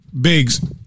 Biggs